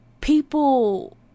people